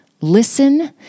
listen